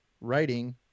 writing